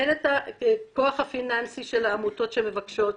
הן את הכוח הפיננסי של העמותות שמבקשות,